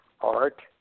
art